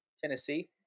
Tennessee